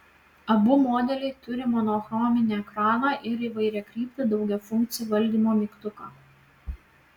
abu modeliai turi monochrominį ekraną ir įvairiakryptį daugiafunkcį valdymo mygtuką